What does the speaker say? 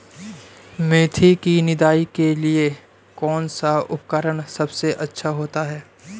मेथी की निदाई के लिए कौन सा उपकरण सबसे अच्छा होता है?